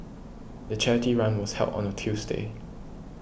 the charity run was held on a Tuesday